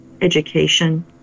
education